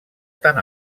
tan